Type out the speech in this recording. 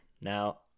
now